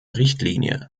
richtlinie